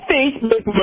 Facebook